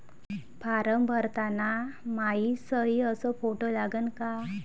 Form भरताना मायी सयी अस फोटो लागन का?